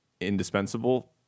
indispensable